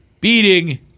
beating